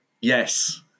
Yes